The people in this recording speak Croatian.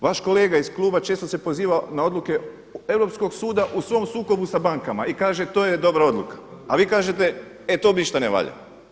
Vaš kolega iz Kluba često se poziva na odluke Europskog suda u svom sukobu s bankama i kaže to je dobra odluka, a vi kažete e to ništa ne valja.